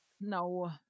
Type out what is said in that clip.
No